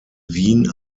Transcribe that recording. wien